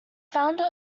founder